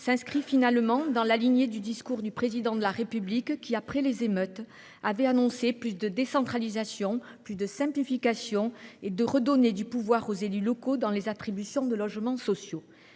s’inscrit en définitive dans la lignée du discours du Président de la République qui, après les émeutes, avait annoncé plus de décentralisation et plus de simplification, s’engageant à redonner du pouvoir aux élus locaux dans les attributions de logements sociaux.